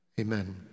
Amen